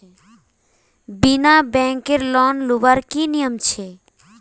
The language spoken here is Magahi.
बिना बैंकेर लोन लुबार की नियम छे?